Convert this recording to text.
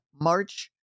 march